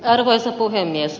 arvoisa puhemies